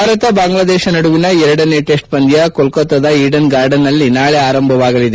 ಭಾರತ ಬಾಂಗ್ಲಾದೇಶ ನಡುವಿನ ಎರಡನೇ ಟೆಸ್ಸ್ ಪಂದ್ಯ ಕೋಲ್ಕತ್ತಾದ ಈಡನ್ ಗಾರ್ಡನ್ನಲ್ಲಿ ನಾಳೆ ಆರಂಭವಾಗಲಿದೆ